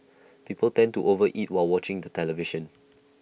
people tend to over eat while watching the television